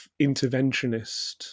interventionist